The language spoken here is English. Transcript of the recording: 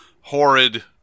horrid